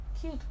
Cute